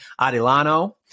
Adilano